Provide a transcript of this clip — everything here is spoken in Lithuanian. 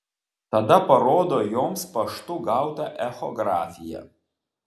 tada parodo joms paštu gautą echografiją